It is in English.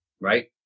right